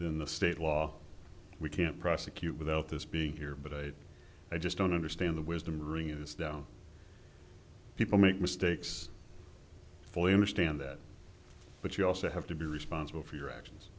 in the state law we can't prosecute without this being here but i just don't understand the wisdom reuse don't people make mistakes fully understand that but you also have to be responsible for your actions